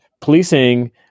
policing